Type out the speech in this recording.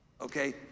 Okay